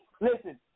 Listen